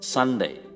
Sunday